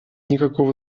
никакого